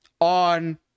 on